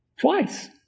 Twice